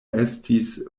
estis